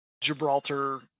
gibraltar